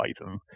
item